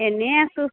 এনেই আছোঁ